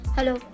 Hello